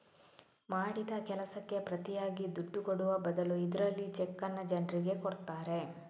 ಮಾಡಿದ ಕೆಲಸಕ್ಕೆ ಪ್ರತಿಯಾಗಿ ದುಡ್ಡು ಕೊಡುವ ಬದಲು ಇದ್ರಲ್ಲಿ ಚೆಕ್ಕನ್ನ ಜನ್ರಿಗೆ ಕೊಡ್ತಾರೆ